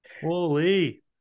holy